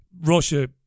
Russia